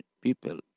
people